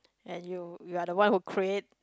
and you you are the one who create